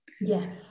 yes